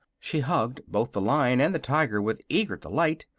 she hugged both the lion and the tiger with eager delight,